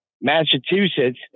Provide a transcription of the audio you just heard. Massachusetts